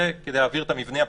זה כדי להבהיר את המבנה הבסיסי,